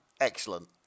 Excellent